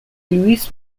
louis